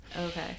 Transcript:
Okay